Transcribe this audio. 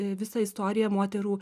visa istorija moterų